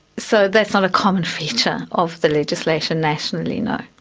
so that's not a common feature of the legislation nationally, no.